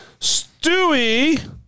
Stewie